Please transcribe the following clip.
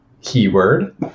keyword